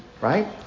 Right